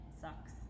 sucks